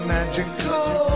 magical